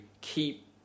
keep